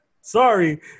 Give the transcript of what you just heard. Sorry